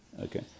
okay